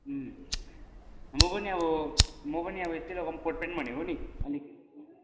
अँ म पनि अब म पनि अब यस्तै लगाउँ कोट पेन्ट भनेको नि अलिक